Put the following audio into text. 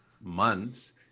months